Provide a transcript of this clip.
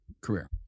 career